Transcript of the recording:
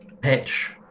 pitch